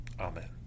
Amen